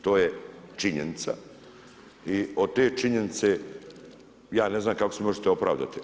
To je činjenica i od te činjenice ja ne znam kako se možete opravdati.